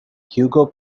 hugo